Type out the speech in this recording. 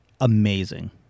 amazing